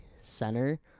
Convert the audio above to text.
center